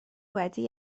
wedi